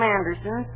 Anderson